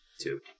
Two